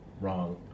wrong